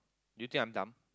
do you think I'm dumb